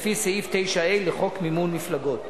לפי סעיף 9(ה) לחוק מימון מפלגות.